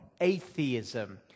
atheism